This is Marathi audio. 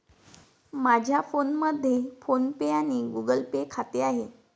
माझ्या फोनमध्ये फोन पे आणि गुगल पे खाते आहे